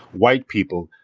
white people,